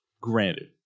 granted